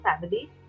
family